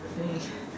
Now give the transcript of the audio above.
think